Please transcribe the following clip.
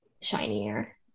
shinier